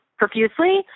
profusely